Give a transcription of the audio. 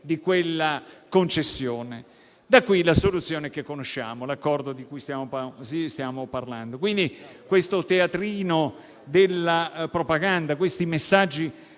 di quella concessione. Da qui la soluzione che conosciamo e l'accordo di cui stiamo parlando. Quindi il teatrino della propaganda e questi messaggi